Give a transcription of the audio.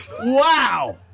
Wow